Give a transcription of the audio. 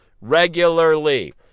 regularly